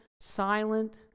silent